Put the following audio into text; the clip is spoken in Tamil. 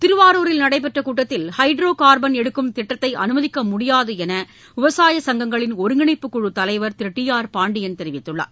திருவாரூரில் நடைபெற்ற கூட்டத்தில் ஹைட்ரோ கார்பன் எடுக்கும் திட்டத்தை அனுமதிக்க முடியாது என்று விவசாய சங்கங்களின் ஒருங்கிணைப்பு குழு தலைவர் திரு டி ஆர் பாண்டியன் தெரிவித்துள்ளார்